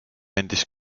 andis